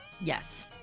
Yes